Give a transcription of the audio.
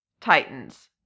titans